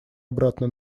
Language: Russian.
обратно